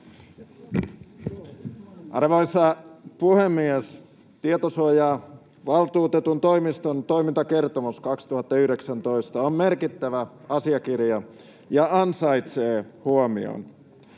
Arvoisa puhemies! Tietosuojavaltuutetun toimiston toimintakertomus 2019 on merkittävä asiakirja ja ansaitsee huomion.